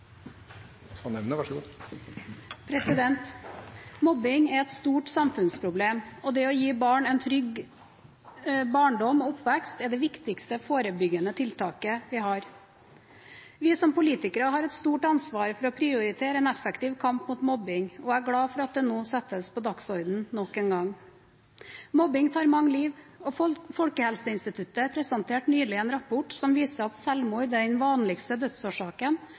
et stort samfunnsproblem, og det å gi barn en trygg barndom og oppvekst er det viktigste forebyggende tiltaket vi har. Vi som politikere har et stort ansvar for å prioritere en effektiv kamp mot mobbing, og jeg er glad for at dette nok en gang settes på dagsordenen. Mobbing tar mange liv, og Folkehelseinstituttet presenterte nylig en rapport som viser at selvmord er den vanligste dødsårsaken